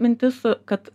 mintis kad